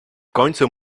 końcu